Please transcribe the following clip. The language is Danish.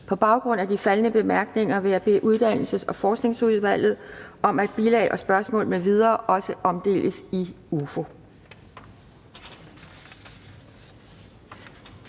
På baggrund af de faldne bemærkninger vil jeg bede Uddannelses- og Forskningsudvalget om, at bilag og spørgsmål m.v. også omdeles i